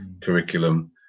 curriculum